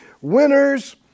Winners